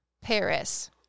Paris